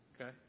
Okay